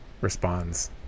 responds